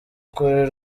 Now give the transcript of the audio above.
kuri